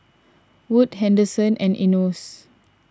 Wood Henderson and Enos